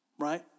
right